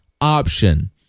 option